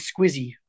Squizzy